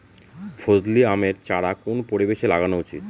ফজলি আমের চারা কোন পরিবেশে লাগানো উচিৎ?